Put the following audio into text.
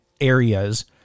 areas